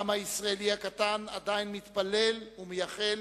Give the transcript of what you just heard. העם הישראלי הקטן עדיין מתפלל ומייחל